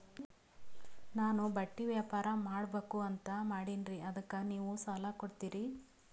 ನಾನು ಬಟ್ಟಿ ವ್ಯಾಪಾರ್ ಮಾಡಬಕು ಅಂತ ಮಾಡಿನ್ರಿ ಅದಕ್ಕ ನೀವು ಸಾಲ ಕೊಡ್ತೀರಿ?